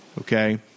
Okay